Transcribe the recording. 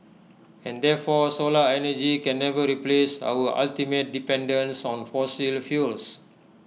and therefore solar energy can never replace our ultimate dependence on fossil fuels